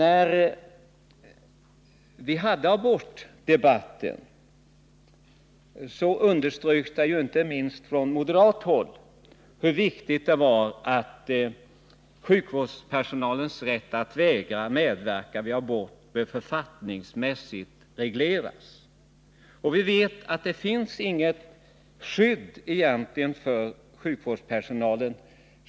Då vi hade abortdebatten underströks det ju inte minst från moderat håll hur viktigt 149 det var att sjukvårdspersonalens rätt att icke medverka vid abort blev författningsmässigt reglerad. Vi vet att det egentligen inte finns något skydd för sjukvårdspersonalen.